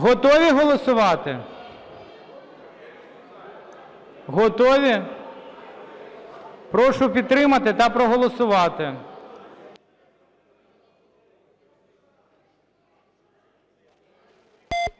Готові голосувати? Готові? Прошу підтримати та проголосувати.